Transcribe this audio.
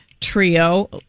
trio